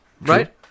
right